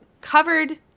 Covered